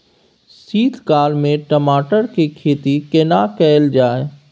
शीत काल में टमाटर के खेती केना कैल जाय?